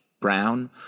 brown